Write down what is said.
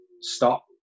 stop